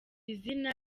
izina